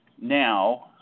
now